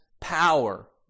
power